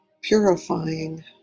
purifying